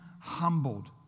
humbled